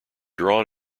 drawn